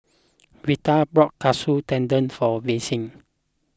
Vita bought Katsu Tendon for Vassie